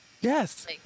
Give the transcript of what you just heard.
Yes